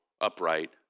upright